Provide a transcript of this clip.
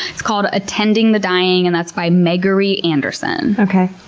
it's called attending the dying, and that's by megory anderson. okay.